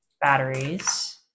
batteries